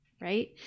right